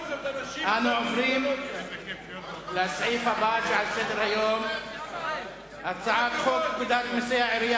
אנו עוברים לסעיף הבא שעל סדר-היום: הצעת חוק לתיקון פקודת מסי העירייה